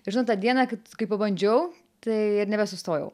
žinot tą dieną kad kai pabandžiau tai ir nebesustojau